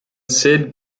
sid